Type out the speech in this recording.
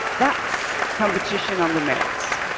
that's competition on the merits.